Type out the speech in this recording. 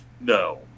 No